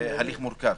מורכב.